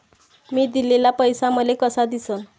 मी दिलेला पैसा मले कसा दिसन?